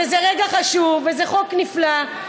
זה רגע חשוב וזה חוק נפלא,